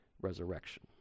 resurrection